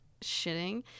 shitting